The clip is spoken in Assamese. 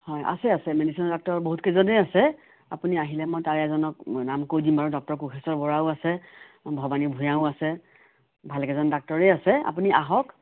হয় আছে আছে মেডিচিনৰ ডাক্টৰ বহুতকেইজনে আছে আপুনি আহিলে মই তাৰে এজনক মই নাম কৈ দিম বাৰু ডাক্টৰ কোষেশ্বৰ বৰাও আছে ভবানী ভূঞাও আছে ভালেকেইজন ডাক্টৰে আছে আপুনি আহক